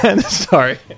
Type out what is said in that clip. Sorry